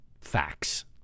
facts